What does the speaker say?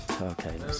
okay